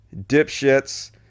Dipshits